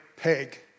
peg